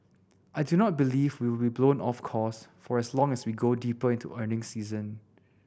I do not believe will be blown off course for long as we go deeper into earnings season